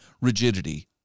rigidity